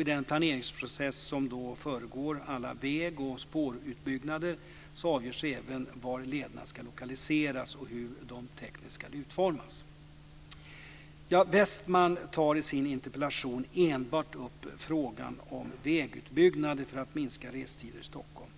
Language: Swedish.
I den planeringsprocess som föregår alla väg och spårutbyggnader avgörs även var lederna ska lokaliseras och hur de tekniskt ska utformas. Westman tar i sin interpellation enbart upp frågan om vägutbyggnader för att minska restiderna i Stockholm.